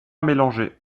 mélanger